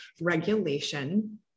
regulation